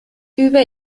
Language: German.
über